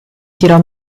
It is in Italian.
tirò